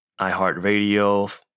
iHeartRadio